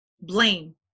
blame